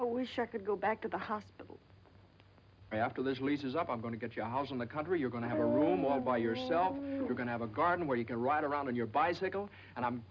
or wish i could go back to the hospital after this leaches up i'm going to get your house in the country you're going to have a room all by yourself you're going to have a garden where you can ride around in your bicycle and i'm